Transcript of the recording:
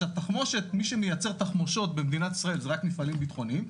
מי שמייצר תחמושות במדינת ישראל זה רק מפעלים ביטחוניים,